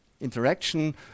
interaction